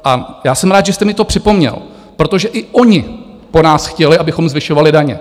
A já jsem rád, že jste mi to připomněl, protože i oni po nás chtěli, abychom zvyšovali daně.